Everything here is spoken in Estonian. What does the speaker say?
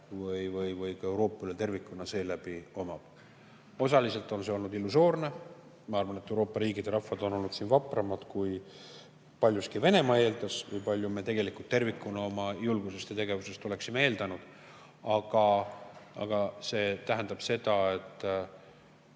või ka Euroopa üle tervikuna seeläbi omab. Osaliselt on see olnud illusoorne. Ma arvan, et Euroopa riigid ja rahvad on olnud siin vapramad, kui paljuski Venemaa eeldas või kui palju me tegelikult tervikuna oma julgusest ja tegevusest oleksime eeldanud. Aga see tähendab seda, et